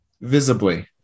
visibly